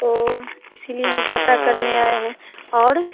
तो इसीलिए हम पता करने आए हैं और